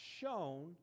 shown